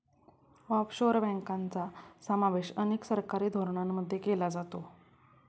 offshore बँकांचा समावेश अनेक सरकारी धोरणांमध्ये केला जातो